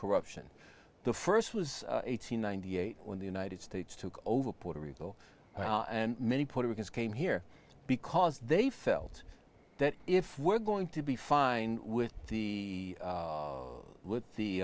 corruption the first was eight hundred ninety eight when the united states took over puerto rico and many puerto ricans came here because they felt that if we're going to be fine with the with the